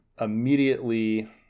immediately